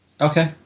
Okay